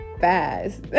fast